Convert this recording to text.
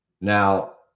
Now